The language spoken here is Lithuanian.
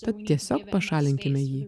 tad tiesiog pašalinkime jį